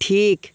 ঠিক